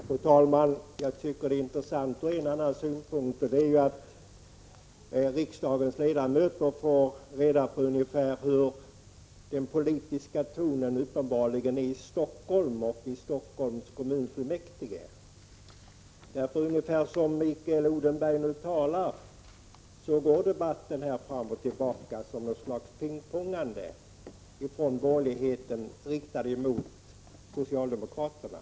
Fru talman! Jag tycker det är intressant ur en och annan synvinkel att riksdagens ledamöter får reda på ungefär hur den politiska tonen uppenbarligen är i Stockholms kommunfullmäktige. Ungefär som Mikael Odenberg talar går debatten fram och tillbaka som ett slags pingpong-spel från borgerligheten riktat mot socialdemokraterna.